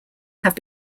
have